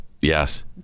Yes